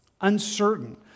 uncertain